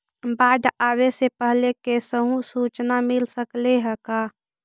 बाढ़ आवे से पहले कैसहु सुचना मिल सकले हे का?